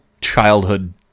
childhood